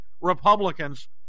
Republicans